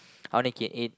I only can eat